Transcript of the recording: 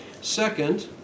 Second